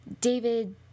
David